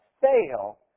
fail